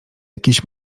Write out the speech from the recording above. jakiejś